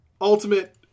ultimate